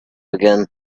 again